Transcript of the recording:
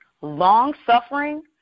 long-suffering